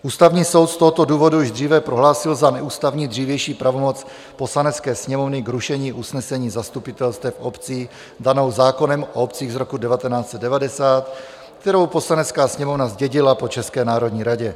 Ústavní soud z tohoto důvodu již dříve prohlásil za neústavní dřívější pravomoc Poslanecké sněmovny k rušení usnesení zastupitelstev obcí, danou zákonem o obcích z roku 1990, kterou Poslanecká sněmovna zdědila po České národní radě.